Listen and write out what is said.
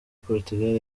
portugal